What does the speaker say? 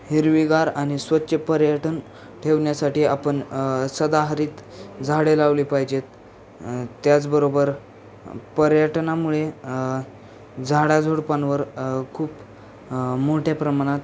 हिरवीगार आणि स्वच्छ पर्यटन ठेवण्यासाठी आपण सदाहरित झाडे लावली पाहिजेत त्याचबरोबर पर्यटनामुळे झाडा झुडपांवर खूप मोठ्या प्रमाणात